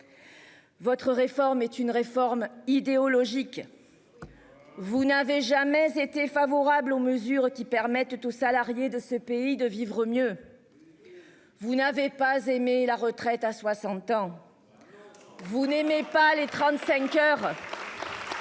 Votre réforme est une réforme idéologique. Vous n'avez jamais été favorable aux mesures qui permettent aux salariés de ce pays de vivre mieux. Vous n'avez pas aimé la retraite à 60 ans. Vous n'aimez pas les 35 heures.